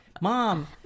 mom